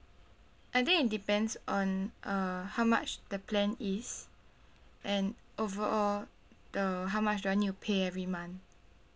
I think it depends on uh how much the plan is and overall the how much do I need to pay every month